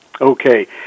Okay